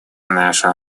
наша